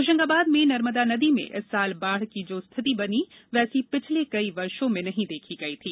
होशंगाबाद में नर्मदा नदी में इस साल बाढ़ की जो स्थिति बनी वैसी पिछले कई वर्षो में नहीं देखी गयी थी